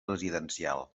residencial